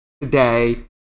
today